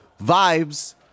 Vibes